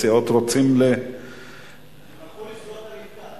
הסיעות רוצות, הם הלכו לסגור את המפקד.